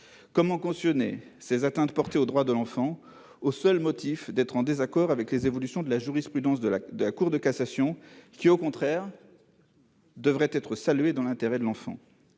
Comment cautionner ces atteintes portées aux droits de l'enfant au seul motif d'un désaccord avec des évolutions de la jurisprudence de la Cour de cassation qui, au contraire, devraient être saluées au nom de l'intérêt de l'enfant ?